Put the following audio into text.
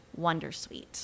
Wondersuite